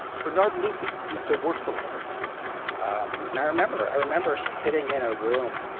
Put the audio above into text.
bernard luthi used to work for one of those companies and i remember. i remember sitting in a room